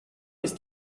ist